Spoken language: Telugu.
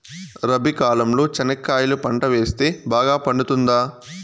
రబి కాలంలో చెనక్కాయలు పంట వేస్తే బాగా పండుతుందా?